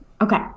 okay